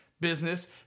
business